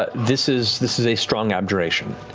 but this is this is a strong abjuration.